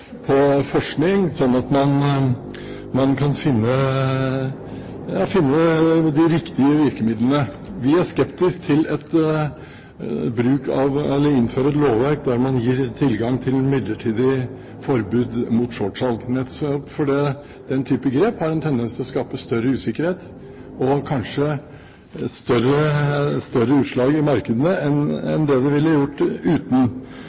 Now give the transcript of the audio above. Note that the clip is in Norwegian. de riktige virkemidlene. Vi er skeptiske til å innføre et lovverk der man gir tilgang til midlertidig forbud mot shortsalg, nettopp fordi den type grep har en tendens til å skape større usikkerhet og kanskje større utslag i markedene enn det ville ha gjort uten.